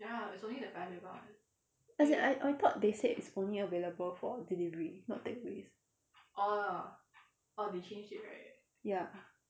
as in I I thought they said it's only available for delivery not takeaways ya